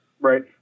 right